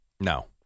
No